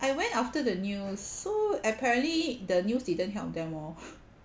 I went after the news so apparently the news didn't help them lor